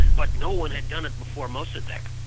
but no-one had done it before mossadeq.